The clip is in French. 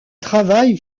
travaille